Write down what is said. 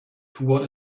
toward